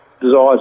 desires